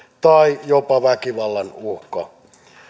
tai jopa väkivallan uhka